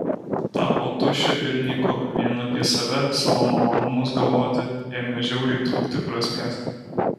tapo tuščia ir nyku vien apie save savo malonumus galvoti ėmė žiauriai trūkti prasmės